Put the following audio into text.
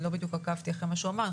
אני לא בדיוק עקבתי אחרי מה שהוא אמר,